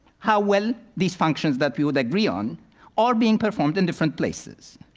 how well these functions that we would agree on are being performed in different places.